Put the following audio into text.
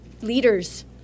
leaders